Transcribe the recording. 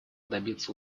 добиться